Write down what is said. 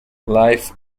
life